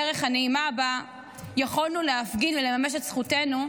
הדרך הנעימה שבה יכולנו להפגין ולממש את זכותנו,